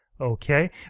okay